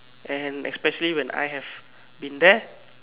and especially when I have been there